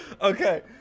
Okay